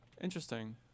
Interesting